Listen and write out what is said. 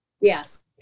Yes